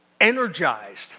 energized